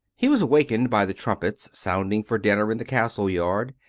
he was awakened by the trumpets sounding for dinner in the castle-yard,